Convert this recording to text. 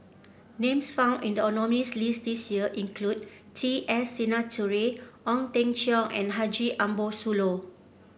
names found in the nominees' list this year include T S Sinnathuray Ong Teng Cheong and Haji Ambo Sooloh